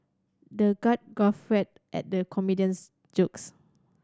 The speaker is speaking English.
the god guffawed at the comedian's jokes